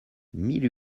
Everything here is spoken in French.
mille